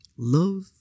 Love